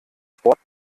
sport